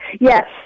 Yes